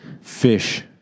Fish